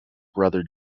brother